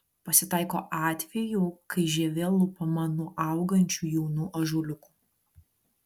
pasitaiko atvejų kai žievė lupama nuo augančių jaunų ąžuoliukų